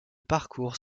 parcours